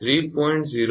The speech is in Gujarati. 972 3